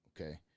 okay